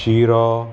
शिरो